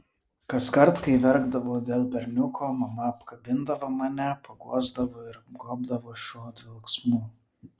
kaskart kai verkdavau dėl berniuko mama apkabindavo mane paguosdavo ir apgobdavo šiuo dvelksmu